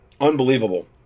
unbelievable